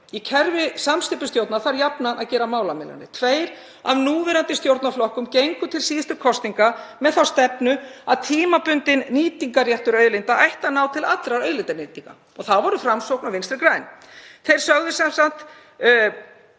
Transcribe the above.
Í kerfi samsteypustjórnar þarf jafnan að gera málamiðlanir. Tveir af núverandi stjórnarflokkum gengu til síðustu kosninga með þá stefnu að tímabundinn nýtingarréttur auðlinda ætti að ná til allrar auðlindanýtingar, Framsókn og Vinstri græn. Þeir flokkar sögðu